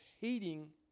hating